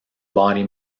body